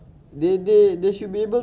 should be able able to ah